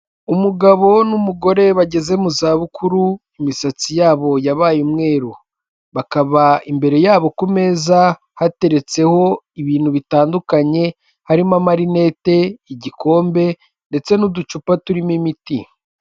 Umugabo n'umugore bageze mu za bukuru imisatsi yabo yabaye umweru bakaba imbere yabo ku meza hateretseho ibintu bitandukanye harimo amarinette igikombe ndetse n'uducupa turimo imiti.